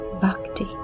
bhakti